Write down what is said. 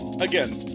again